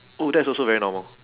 oh that's also very normal